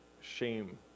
shame